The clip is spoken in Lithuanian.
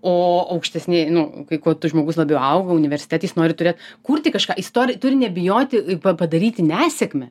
o aukštesni nu kai kuo tas žmogus labiau auga universitete jis nori turėt kurti kažką jis tori turi nebijoti pa padaryti nesėkmę